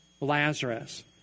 Lazarus